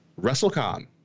WrestleCon